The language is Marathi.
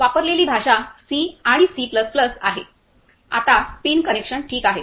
वापरलेली भाषा सी आणि सी C आहे आता पिन कनेक्शन ठीक आहेत